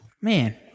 Man